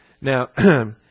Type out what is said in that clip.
Now